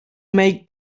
make